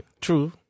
True